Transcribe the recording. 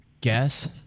guess